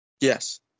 Yes